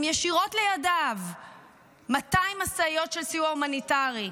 ישירות לידיו 200 משאיות של סיוע הומניטרי.